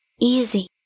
Easy